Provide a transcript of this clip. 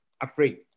afraid